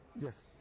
Yes